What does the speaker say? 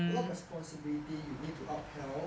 a lot of responsibility you need to upheld